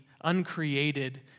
uncreated